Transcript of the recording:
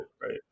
right